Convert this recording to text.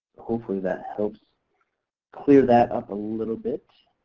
hopefully that helps clear that up a little bit.